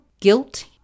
guilt